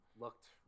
looked